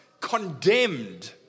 condemned